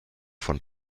von